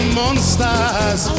monsters